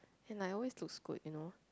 and I always looks good you know